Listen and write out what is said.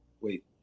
wait